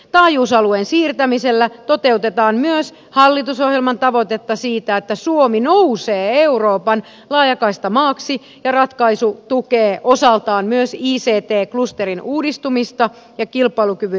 taajuusalueen siirtämisellä toteutetaan myös hallitusohjelman tavoitetta siitä että suomi nousee euroopan johtavaksi laajakaistamaaksi ja ratkaisu tukee osaltaan myös ict klusterin uudistumista ja kilpailukyvyn edistämistä